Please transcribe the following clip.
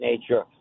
nature